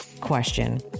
question